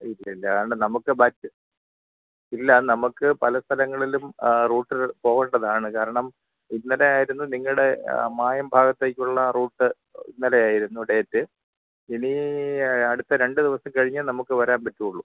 ഇല്ല ഇല്ല കാരണം നമുക്ക് ബറ്റ് ഇല്ല അത് നമുക്ക് പല സ്ഥലങ്ങളിലും റൂട്ട് പോവേണ്ടതാണ് കാരണം ഇന്നലെ ആയിരുന്നു നിങ്ങളുടെ മായം ഭാഗത്തേയ്ക്കുള്ള റൂട്ട് ഇന്നലെയായിരുന്നു ഡേറ്റ് ഇനി അടുത്ത രണ്ടു ദിവസം കഴിഞ്ഞെ നമുക്ക് വരാൻ പറ്റുള്ളു